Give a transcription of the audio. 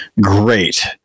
great